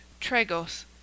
Tregos